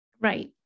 Right